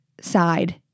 side